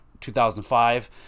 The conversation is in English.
2005